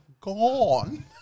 gone